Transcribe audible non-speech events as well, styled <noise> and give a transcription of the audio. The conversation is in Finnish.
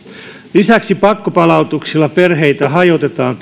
lisäksi pakkopalautuksilla perheitä hajotetaan <unintelligible>